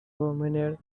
promenade